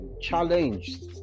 challenged